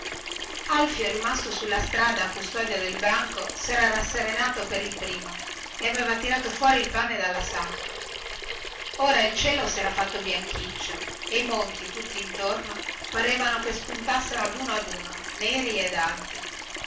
alfio rimasto sulla strada a custodia del branco sera rasserenato per il primo e aveva tirato fuori il pane dalla sacca ora il cielo sera fatto bianchiccio e i monti tutto intorno parevano che spuntassero ad uno ad uno neri ed alti